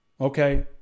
Okay